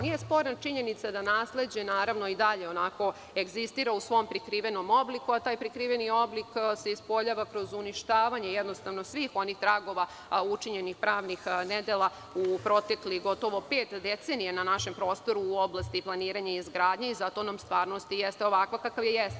Nije sporna činjenica da nasleđe i dalje egzistira u svom prikrivenom obliku, a taj prikriveni oblik se ispoljava kroz uništavanje svih onih tragova i učinjenih pravnih nedela u proteklih gotovo pet decenija na našem prostoru u oblasti planiranja i izgradnje i zato nam stvarnost i jeste ovakva kakva je.